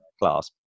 class